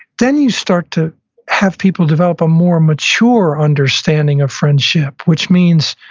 then you start to have people develop a more mature understanding of friendship, which means,